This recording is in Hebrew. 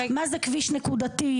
מה זה כביש נקודתי?